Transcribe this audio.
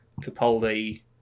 Capaldi